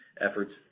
efforts